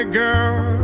girl